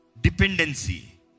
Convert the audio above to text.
Dependency